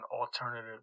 alternative